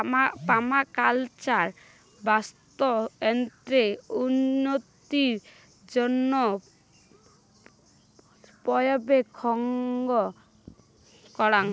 permaculture বাস্তুতন্ত্রের উন্নতির জইন্যে পর্যবেক্ষণ করাং